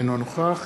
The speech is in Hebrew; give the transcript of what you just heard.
אינו נוכח